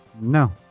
No